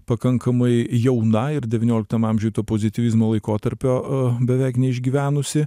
pakankamai jauna ir devynioliktam amžiuj to pozityvizmo laikotarpio beveik neišgyvenusi